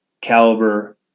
caliber